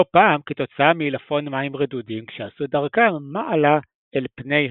לא פעם כתוצאה מעילפון מים רדודים כשעשו את דרכם מעלה אל פני המים.